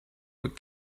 would